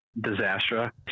Disaster